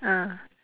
ah